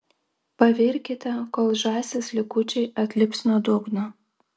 pavirkite kol žąsies likučiai atlips nuo dugno